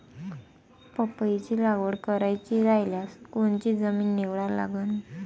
पपईची लागवड करायची रायल्यास कोनची जमीन निवडा लागन?